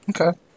Okay